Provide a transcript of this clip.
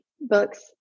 books